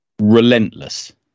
relentless